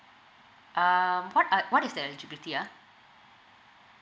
um what are what is the eligibility ah